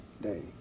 day